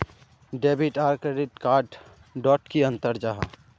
Debit आर credit card डोट की अंतर जाहा?